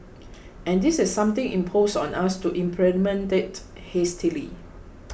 and this is something imposed on us to implement it hastily